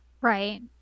Right